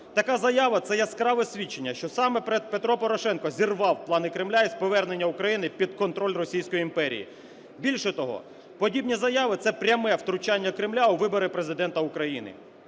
Така заява – це яскраве свідчення, що саме Петро Порошенко зірвав плани Кремля із повернення України під контроль Російської імперії. Більше того, подібні заяви – це пряме втручання Кремля у вибори Президента України.